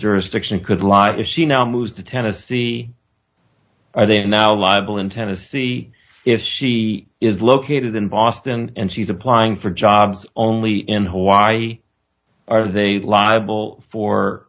jurisdiction could light is she now moved to tennessee are they now live bill in tennessee if she is located in boston and she's applying for jobs only in hawaii are they labile for